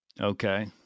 Okay